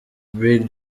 brig